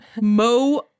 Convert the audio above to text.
Mo